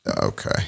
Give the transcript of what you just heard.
Okay